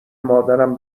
مادرم